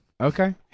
Okay